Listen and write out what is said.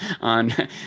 on